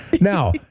now